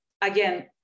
Again